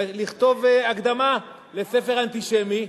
לכתוב הקדמה לספר אנטישמי,